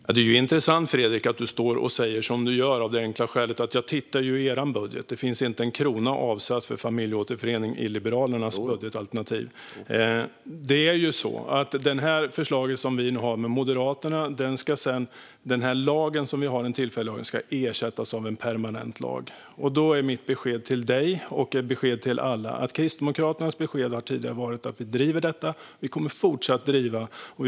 Herr talman! Det är intressant, Fredrik, att du står och säger som du gör av det enkla skälet att jag tittade i er budget. Det finns inte en krona avsatt för familjeåterförening i Liberalernas budgetalternativ. Det förslag som vi nu har med Moderaterna är att den tillfälliga lag som vi nu har ska ersättas av en permanent lag. Då är mitt besked till dig och till alla följande: Kristdemokraternas besked har tidigare varit att vi driver detta, och vi kommer fortsatt driva det.